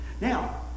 Now